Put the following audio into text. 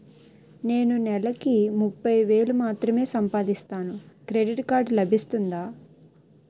నేను నెల కి ముప్పై వేలు మాత్రమే సంపాదిస్తాను క్రెడిట్ కార్డ్ లభిస్తుందా?